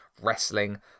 Wrestling